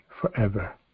Forever